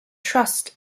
trust